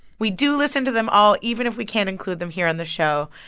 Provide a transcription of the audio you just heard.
we do listen to them all even if we can't include them here on the show.